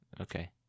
Okay